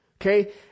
Okay